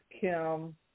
Kim